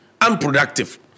Unproductive